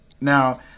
now